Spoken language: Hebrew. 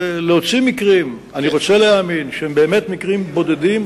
להוציא מקרים שאני רוצה להאמין שהם באמת מקרים בודדים,